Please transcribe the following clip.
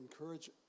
encourage